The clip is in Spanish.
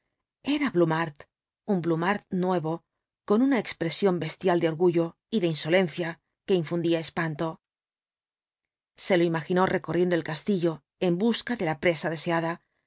era blumhardt un blumhardt nuevo con una expresión bestial de orgullo y de insolencia que infundía espanto se lo imaginó recorriendo el castillo en busca de la presa deseada